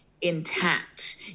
intact